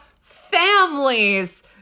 families